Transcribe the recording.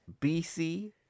BC